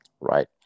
right